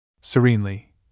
Serenely